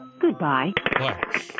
goodbye